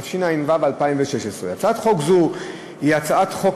התשע"ו 2016. הצעת חוק זו היא הצעת חוק